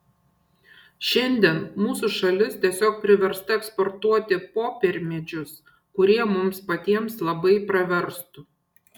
šiandien mūsų šalis tiesiog priversta eksportuoti popiermedžius kurie mums patiems labai praverstų